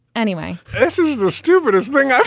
anyway, this is the stupidest thing ah